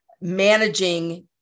managing